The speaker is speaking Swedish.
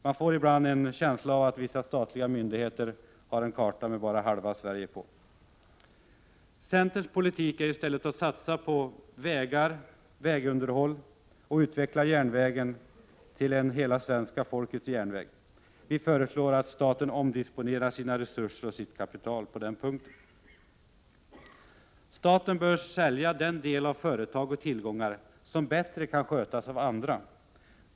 Man får ibland en känsla av att vissa statliga myndigheter har en karta över bara halva Sverige. Centerns politik är att satsa på vägar, vägunderhåll och en utveckling av järnvägen till en hela svenska folkets järnväg. Vi föreslår att staten omdisponerar sina resurser och sitt kapital på den punkten. Staten bör sälja den del av företag och tillgångar som bättre kan skötas av andra.